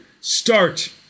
start